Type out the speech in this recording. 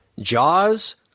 Jaws